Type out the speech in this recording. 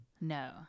no